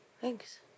Thanks